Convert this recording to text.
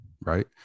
right